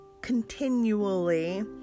continually